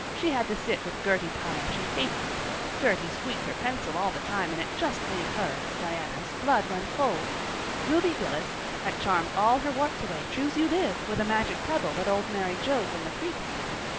she had to sit with gertie pye and she hated it gertie squeaked her pencil all the time and it just made her diana's blood run cold ruby gillis had charmed all her warts away, true's you live, with a magic pebble that old mary joe from the creek gave her.